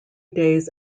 days